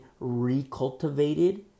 recultivated